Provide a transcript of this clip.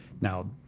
Now